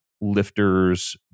lifters